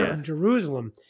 Jerusalem